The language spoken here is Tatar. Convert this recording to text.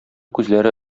күзләре